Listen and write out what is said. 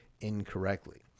incorrectly